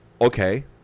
Okay